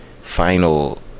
final